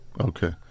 Okay